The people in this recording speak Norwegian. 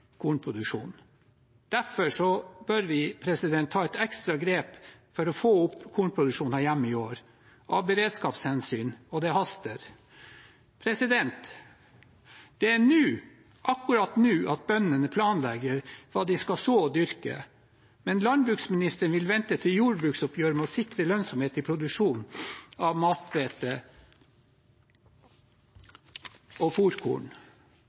bør vi ta et ekstra grep for å få opp kornproduksjonen her hjemme i år av beredskapshensyn, og det haster. Det er nå – akkurat nå – bøndene planlegger hva de skal så og dyrke, men landbruksministeren vil vente til jordbruksoppgjøret med å sikre lønnsomhet i produksjonen av